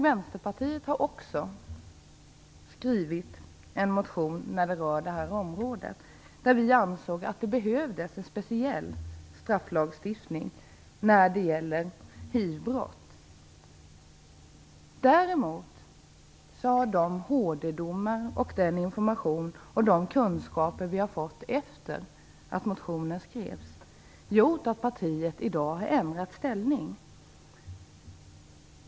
Vänsterpartiet skrev också en motion där vi ansåg att det behövdes en speciell strafflag när det gäller hivbrott. Däremot har de HD-domar som utdömts, den information och de kunskaper som vi fått efter det att motionen skrevs gjort att partiet i dag har ändrat ställning.